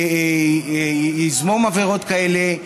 יזמום עבירות כאלה,